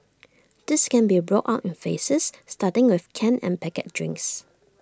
this can be rolled on in phases starting with canned and packet drinks